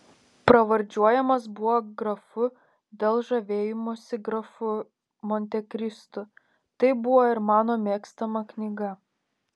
pravardžiuojamas buvo grafu dėl žavėjimosi grafu montekristu tai buvo ir mano mėgstama knyga